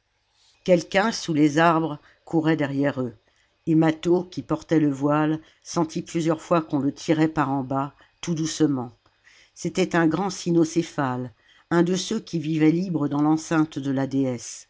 quelqu'un sous les arbres courait derrière i salammbo loi eux et mâtho qui portait le voile sentit plusieurs fois qu'on le tirait par en bas tout doucement c'était un grand cynocéphale un de ceux qui vivaient libres dans l'enceinte de la